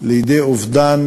לידי אובדן